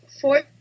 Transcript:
four